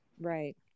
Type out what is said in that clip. Right